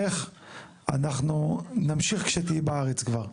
ברשותך, אנחנו נמשיך כשתהי בארץ כבר.